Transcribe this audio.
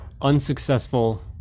unsuccessful